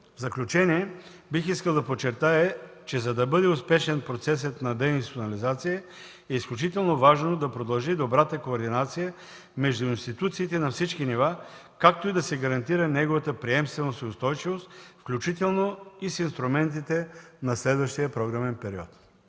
В заключение бих искал да подчертая, че за да бъде успешен процесът на деинституционализация, е изключително важно да продължи добрата координация между институциите на всички нива, както и да се гарантира неговата приемственост и устойчивост, включително и с инструментите на следващия програмен период.